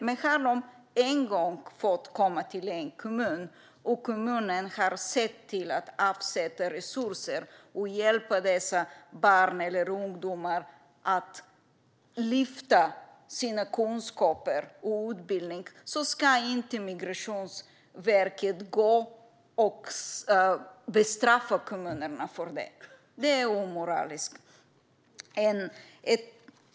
Men om de en gång har fått komma till en kommun och kommunen har avsatt resurser för att hjälpa dessa barn eller ungdomar att lyfta sina kunskaper och sin utbildning ska Migrationsverket inte bestraffa kommunen för det. Det är omoraliskt.